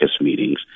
meetings